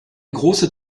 große